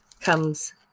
comes